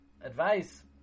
Advice